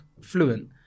fluent